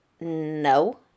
no